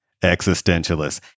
existentialist